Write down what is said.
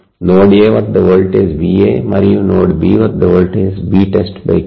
node A వద్ద voltage VA మరియు node B వద్ద వోల్టేజ్ VtestK